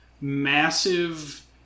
massive